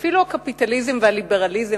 אפילו הקפיטליזם והליברליזם,